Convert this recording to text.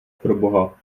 proboha